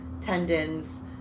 tendons